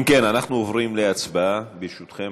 אם כן, אנחנו עוברים להצבעה, ברשותכם.